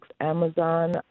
Amazon